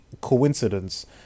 coincidence